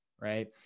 right